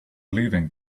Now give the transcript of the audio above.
leaving